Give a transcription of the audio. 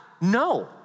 No